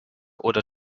oder